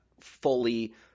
fully